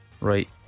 Right